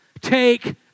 Take